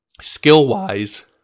skill-wise